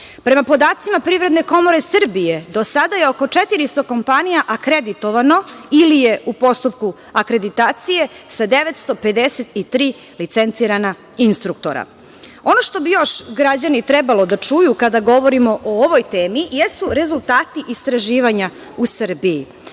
podacima Privredne komore Srbije, do sada je oko 400 kompanija akreditovano ili je u postupku akreditacije sa 953 licencirana instruktora. Ono što bi još građani trebalo da čuju, kada govorimo o ovoj temi, jesu rezultati istraživanja u Srbiji.